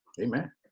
amen